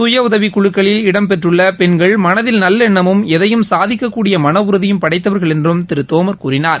கய உதவிக்குழுக்களில் இடம் பெற்றுள்ள பெண்கள் மனதில் நவ்லெண்ணமும் எதையும் சாதிக்கக்கூடிய மன உறுதியும் படைத்தவர்கள் என்றும் திரு தோமர் கூறினார்